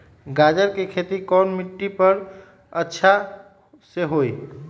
गाजर के खेती कौन मिट्टी पर समय अच्छा से होई?